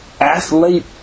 athlete